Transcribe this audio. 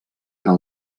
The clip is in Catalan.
que